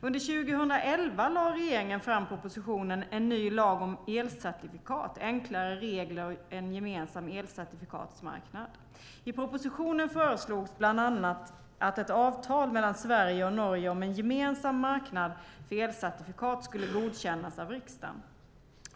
Under 2011 lade regeringen fram propositionen En ny lag om elcertifikat - enklare regler och en gemensam elcertifikatsmarknad . I propositionen föreslogs bland annat att ett avtal mellan Sverige och Norge om en gemensam marknad för elcertifikat skulle godkännas av riksdagen.